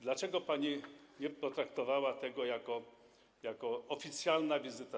Dlaczego pani nie potraktowała tego jako oficjalnej wizyty?